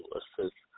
assist